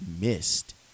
missed